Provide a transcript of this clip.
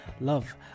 Love